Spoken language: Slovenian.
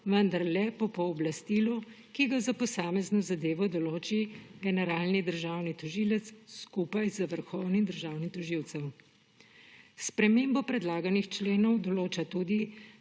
vendar le po pooblastilu, ki ga za posamezno zadevo določi generalni državni tožilec skupaj z vrhovnim državnim tožilcem. S spremembo predlaganih členov se določa tudi,